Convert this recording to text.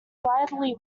wildly